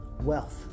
wealth